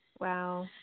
Wow